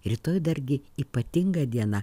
rytoj dargi ypatinga diena